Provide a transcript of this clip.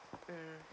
mm